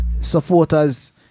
supporters